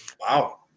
Wow